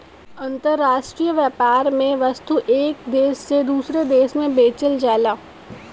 अंतराष्ट्रीय व्यापार में वस्तु एक देश से दूसरे देश में बेचल जाला